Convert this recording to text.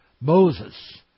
Moses